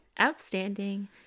outstanding